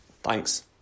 Thanks